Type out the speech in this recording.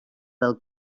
del